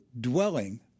dwelling